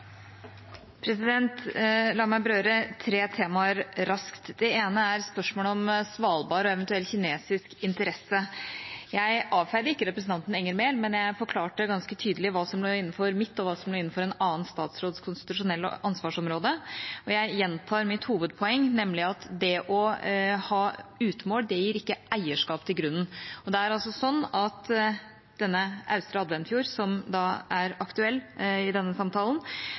La meg berøre tre temaer raskt. Det ene er spørsmålet om Svalbard og eventuell kinesisk interesse. Jeg avfeide ikke representanten Enger Mehl, men jeg forklarte ganske tydelig hva som lå innenfor mitt, og hva som lå innenfor en annen statsråds konstitusjonelle ansvarsområde. Jeg gjentar mitt hovedpoeng, nemlig at det å ha utmål, ikke gir eierskap til grunnen. Det er altså sånn at denne Austre Adventfjord, som er aktuell i denne samtalen,